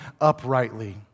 uprightly